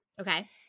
Okay